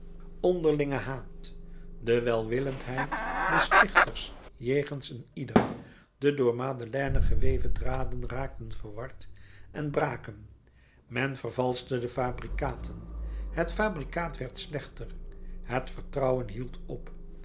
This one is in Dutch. onderlinge haat de welwillendheid des stichters jegens een ieder de door madeleine geweven draden raakten verward en braken men vervalschte de fabrikaten het fabrikaat werd slechter het vertrouwen hield op